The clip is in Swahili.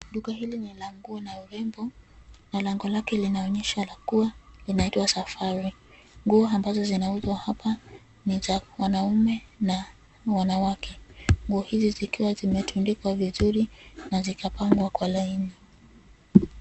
Duka hili ni la nguo na urembo na lango lake linaonyesha kuwa inaitwa Safari. Nguo ambazo zinauzwa hapa ni za wanaume na wanawake. Nguo hizi zikiwa zimetundikwa vizuri na zikapangwa kwa laini.